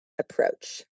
approach